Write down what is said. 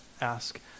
ask